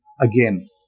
again